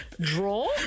draw